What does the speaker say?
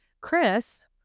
Chris